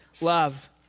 love